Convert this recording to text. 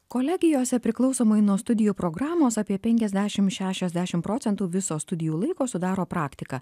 kolegijose priklausomai nuo studijų programos apie penkiasdešimt šešiasdešimt procentų viso studijų laiko sudaro praktika